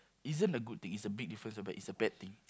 isn't a good thing it's a big difference ah but it's a bad thing